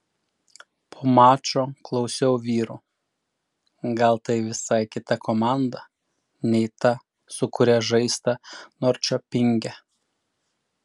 po mačo klausiau vyrų gal tai visai kita komanda nei ta su kuria žaista norčiopinge